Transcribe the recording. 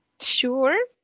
Sure